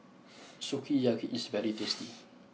Sukiyaki is very tasty